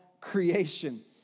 creation